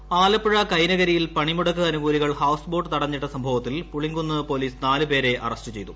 houseboat Alappuzha കൈനകരിയിൽ പണിമുടക്ക് അനുകൂലികൾ ഹൌസ്ബോട്ട് തടഞ്ഞിട്ട സംഭവത്തിൽ പുളിങ്കുന്ന് പോലീസ് നാലു പേരെ അറസ്റ് ചെയ്തു